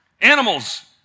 Animals